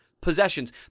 possessions